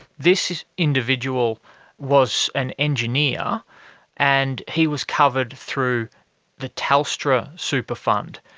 this individual was an engineer and he was covered through the telstra super fund.